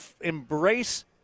embrace